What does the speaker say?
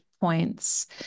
points